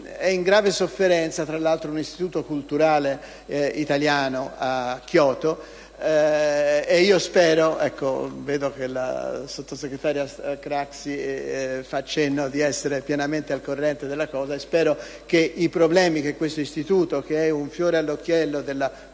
è in grave sofferenza l'Istituto di cultura italiano a Kyoto. Spero - vedo che la sottosegretaria Craxi fa cenno di essere pienamente al corrente della situazione - che i problemi di questo Istituto, che è un fiore all'occhiello della cultura